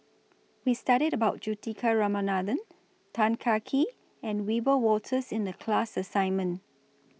We studied about Juthika Ramanathan Tan Kah Kee and Wiebe Wolters in The class assignment